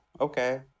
okay